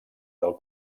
del